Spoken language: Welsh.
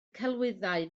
celwyddau